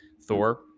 Thor